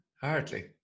Hardly